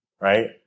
right